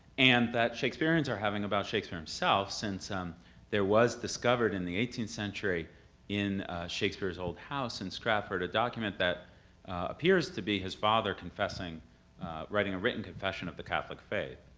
and that shakespeareans are having about shakespeare himself since um there was discovered in the eighteenth century in shakespeare's old house in stratford a document that appears to be his father writing a written confession of the catholic faith.